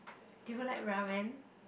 do you like Ramen